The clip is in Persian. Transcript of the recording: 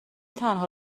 تنها